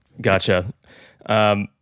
Gotcha